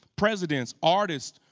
presidents, artists,